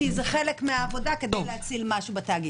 כי זה חלק מהעבודה כדי להציל משהו בתאגיד.